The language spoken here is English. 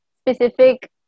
specific